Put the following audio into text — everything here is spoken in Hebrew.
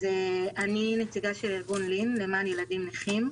אני נציגה של ארגון לי"ן למען ילדים נכים.